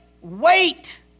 wait